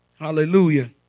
Hallelujah